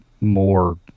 more